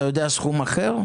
אתה יודע על סכום אחר?